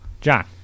john